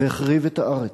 והחריב את הארץ.